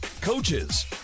coaches